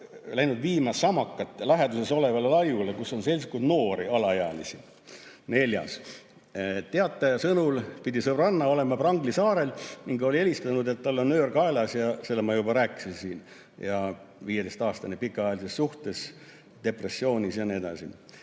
läinud viima samakat läheduses olevale laiule, kus on seltskond noori alaealisi. Neljas: teataja sõnul pidi sõbranna oleme Prangli saarel ning oli helistanud, et tal on nöör kaelas – sellest ma juba rääkisin siin –, 15-aastane, pikaajalises suhtes, depressioonis ja nii edasi.